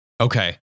Okay